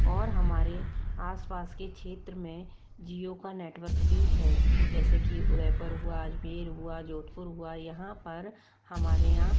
और हमारे आस पास के क्षेत्र में जियो का नेटवर्क भी है जैसे कि उदयपुर हुआ अजमेर हुआ जोधपुर हुआ यहाँ पर हमारे यहाँ